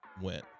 went